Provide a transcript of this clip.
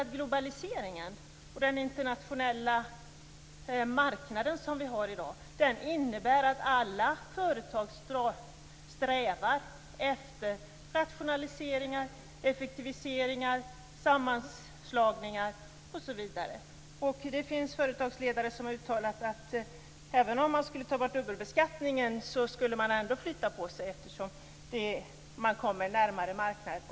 Den globalisering och den internationella marknad som vi har i dag innebär att alla företag strävar efter rationaliseringar, effektiviseringar, sammanslagningar osv. Det finns företagsledare som har uttalat att företagen skulle flytta även om dubbelbeskattningen tas bort, eftersom man vill komma närmare marknaden.